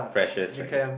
precious right